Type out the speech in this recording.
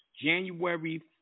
January